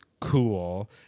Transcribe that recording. cool